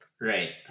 Right